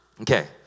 Okay